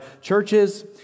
churches